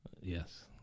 Yes